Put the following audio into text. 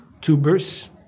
tubers